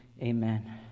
Amen